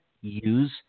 use